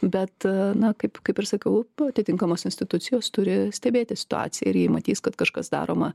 bet na kaip kaip ir sakiau atitinkamos institucijos turi stebėti situaciją ir jei matys kad kažkas daroma